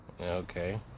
Okay